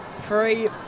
Free